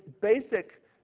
basic